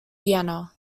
vienna